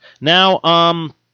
Now